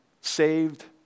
saved